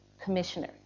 commissioner